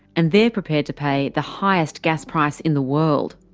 and they're prepared to pay the highest gas price in the world.